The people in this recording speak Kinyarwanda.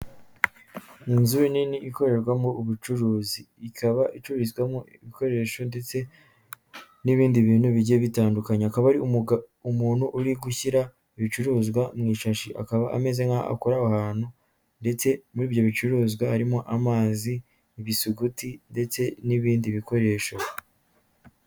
Inzu nini ikorerwamo ubucuruzi ikaba icurizwamo ibikoresho ndetse n'ibindi bintu bigiye bitandukanye. Akaba umuntu uri gushyira ibicuruzwa mu ishashi akaba ameze nk'aho akora aho hantu ndetse muri ibyo bicuruzwa harimo amazi, ibisuguti ndetse n'ibindi bikoresho.